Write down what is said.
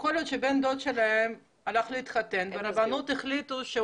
יכול להיות שבן דוד שלהם הלך להתחתן וברבנות החליטו שהוא